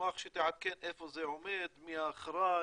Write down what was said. נשמח שתעדכן איפה זה עומד, מי אחראי,